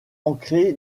ancré